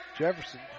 Jefferson